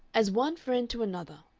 as one friend to another.